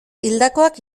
hildakoak